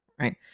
Right